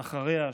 אחרי ההשבעה,